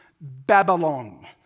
Babylon